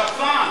השפן.